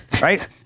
right